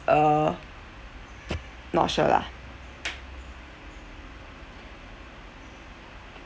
uh not sure lah